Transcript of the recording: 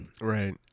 Right